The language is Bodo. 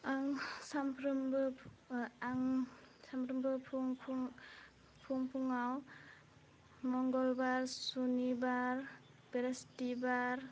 आं सानफ्रोमबो आं सानफ्रामबो फुं फुं फुं फुङाव मंगलबर सुनिबार बिस्थिबार